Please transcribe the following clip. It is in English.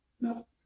no